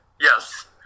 Yes